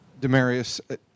Demarius